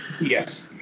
Yes